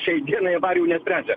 šiai dienai avarijų nesprendžia